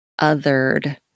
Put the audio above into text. othered